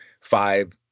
five